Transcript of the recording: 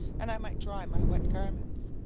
and i might dry my wet garments.